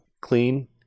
Clean